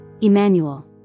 Emmanuel